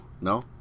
No